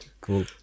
Cool